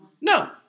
No